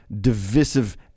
divisive